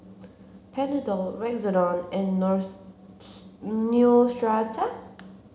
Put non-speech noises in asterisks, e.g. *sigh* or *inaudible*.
Panadol Redoxon and *unintelligible* Neostrata